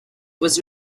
was